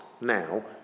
now